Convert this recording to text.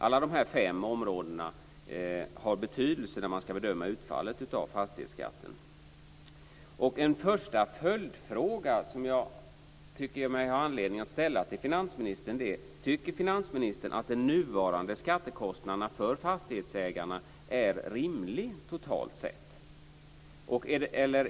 Alla dessa fem områden har betydelse när man skall bedöma utfallet av fastighetsskatten. En första följdfråga som jag tycker mig ha anledning att ställa till finansministern är: Tycker finansministern att nuvarande skattekostnader för fastighetsägarna är rimliga, totalt sett?